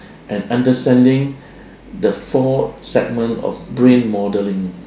and understanding the four segment of brain modelling